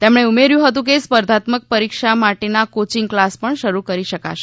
તેમણે ઉમેર્થું હતું કે સ્પર્ધાત્મક પરિક્ષા માટેના કોચિંગ કલાસ પણ શરૂ કરી શકાશે